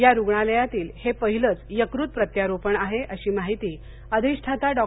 या रुग्णालयातील हे पहिलंच यकृत प्रत्यारोपण आहे अशी माहिती अधिष्ठाता डॉ